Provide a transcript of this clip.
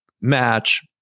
match